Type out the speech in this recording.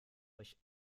euch